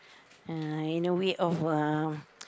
and I know we all will